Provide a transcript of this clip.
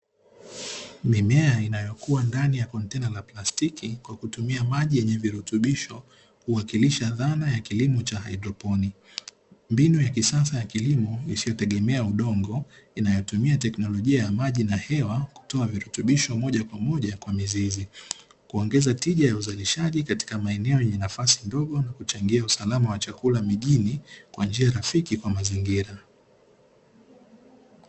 Mimea Inayokuwa ndani ya kontena la plastiki, kwa kutumia maji yenye virutubisho, huwakilisha dhana ya kilimo cha Hydroponi. Mbinu ya kisasa ya kilimo isiyotegemea udongo, inayotumia teknolojia ya maji na hewa kutoa virutubisho moja kwa moja kwa mizizi, kuongeza tija ya uzalishaji katika maeneo yenye nafasi ndogo na kuchangia usalama wa chakula mijini, kwa njia rafiki kwa mazingira.